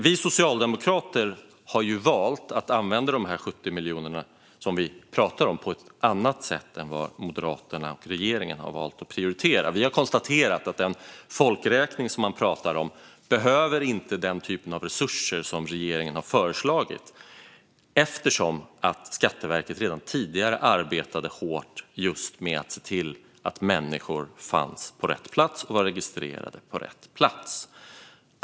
Vi socialdemokrater har valt att använda de 70 miljoner som vi pratar om på ett annat sätt än Moderaterna. Vi har konstaterat att den folkräkning man pratar om inte behöver den typ av resurser som regeringen har föreslagit eftersom Skatteverket redan tidigare arbetade hårt med att se till att människor fanns på rätt plats och var registrerade på rätt plats.